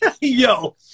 Yo